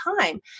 time